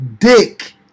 dick